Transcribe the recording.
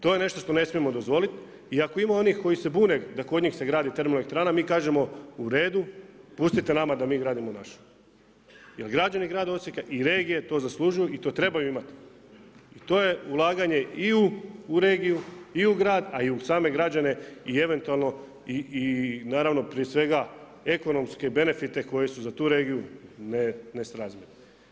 To je nešto što ne smijemo dozvolit i ako ima onih koji se bune da se gradi termoelektrana, mi kažemo u redu, pustite nama da mi gradimo našu jer građani grada Osijeka i regije to zaslužuju i to trebaju imati i to je ulaganje i u regiju i u grad a i u same građane i eventualno i prije svega ekonomske benefite koji se za tu regiju nesrazmjer.